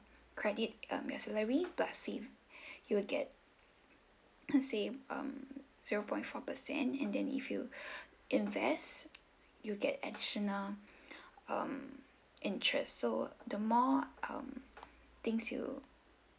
credit um your salary plus save you will get let's say um zero point four percent and then if you invest you'll get additional um interest so the more um things you